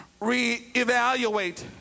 reevaluate